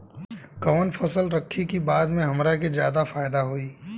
कवन फसल रखी कि बाद में हमरा के ज्यादा फायदा होयी?